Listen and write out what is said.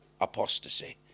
apostasy